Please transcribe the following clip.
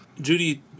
Judy